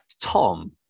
Tom